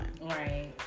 right